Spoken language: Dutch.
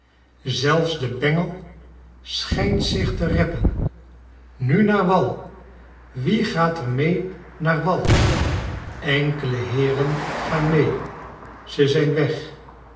zelfs de bengel schijnt zich te reppen nu naar wal wie gaat er mee naar wal enkele heeren gaan mee ze zijn weg